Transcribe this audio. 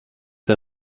der